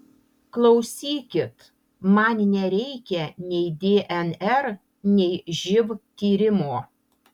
klausykit man nereikia nei dnr nei živ tyrimo